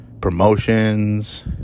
promotions